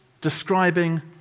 describing